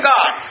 God